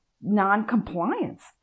non-compliance